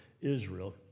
Israel